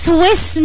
Swiss